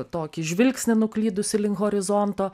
tokį žvilgsnį nuklydusį link horizonto